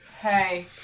Hey